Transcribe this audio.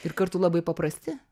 ir kartu labai paprasti